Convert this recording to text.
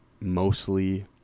mostly